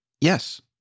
Yes